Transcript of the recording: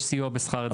יש סיוע בשכר דירה.